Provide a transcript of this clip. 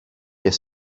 και